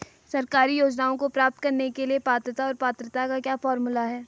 सरकारी योजनाओं को प्राप्त करने के लिए पात्रता और पात्रता का क्या फार्मूला है?